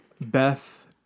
Beth